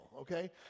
okay